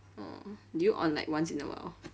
oh do you on like once in a while